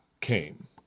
came